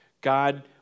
God